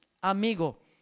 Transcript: amigo